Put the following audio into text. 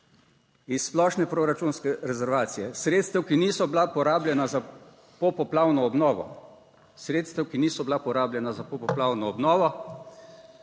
iz splošne proračunske rezervacije sredstev, ki niso bila porabljena za popoplavno obnovo,